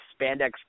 spandex